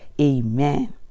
amen